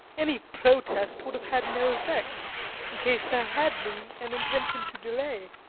any protest would have had no effect in case there had been an intention to delay.